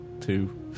two